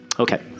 Okay